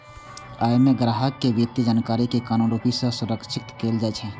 अय मे ग्राहक के वित्तीय जानकारी कें कानूनी रूप सं संरक्षित कैल जाइ छै